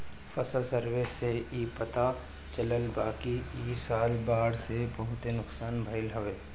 फसल सर्वे से इ पता चलल बाकि इ साल बाढ़ से बहुते नुकसान भइल हवे